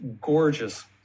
gorgeous